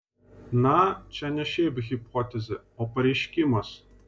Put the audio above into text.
na čia ne šiaip hipotezė o pareiškimas